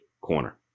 corner